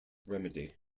remedy